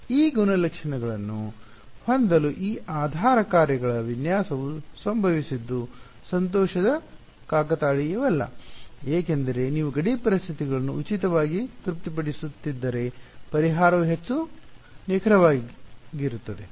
ಈ ಗುಣಲಕ್ಷಣಗಳನ್ನು ಹೊಂದಲು ಈ ಆಧಾರ ಕಾರ್ಯಗಳ ವಿನ್ಯಾಸವು ಸಂಭವಿಸಿದ್ದು ಸಂತೋಷದ ಕಾಕತಾಳೀಯವಲ್ಲ ಏಕೆಂದರೆ ನೀವು ಗಡಿ ಪರಿಸ್ಥಿತಿಗಳನ್ನು ಉಚಿತವಾಗಿ ತೃಪ್ತಿಪಡಿಸುತ್ತಿದ್ದರೆ ಪರಿಹಾರವು ಹೆಚ್ಚು ನಿಖರವಾಗಿದೆ